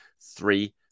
three